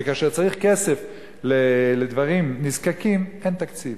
וכאשר צריך כסף לדברים נזקקים אין תקציב.